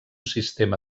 sistema